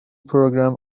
program